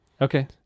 Okay